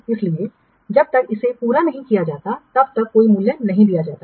इसलिए जब तक इसे पूरा नहीं किया जाता है तब तक कोई मूल्य नहीं दिया जाता है